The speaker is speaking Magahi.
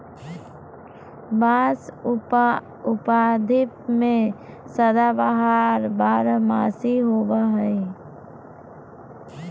बाँस उपमहाद्वीप में सदाबहार बारहमासी होबो हइ